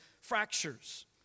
fractures